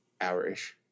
hour-ish